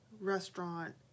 restaurant